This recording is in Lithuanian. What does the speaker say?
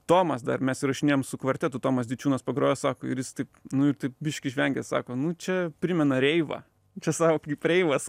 tomas dar mes įrašinėjom su kvartetu tomas dičiūnas pagrojo sako ir jis taip nu biškį žvengia sako nu čia primena reivą čia sako kaip reivas